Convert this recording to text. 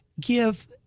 give